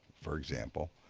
for example,